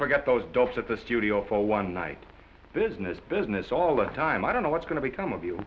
forget those docs at the studio for one night business business all the time i don't know what's going to become